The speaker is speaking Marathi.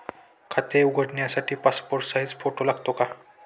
खाते उघडण्यासाठी पासपोर्ट साइज फोटो लागतो का?